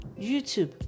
YouTube